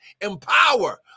empower